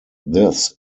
this